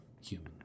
Human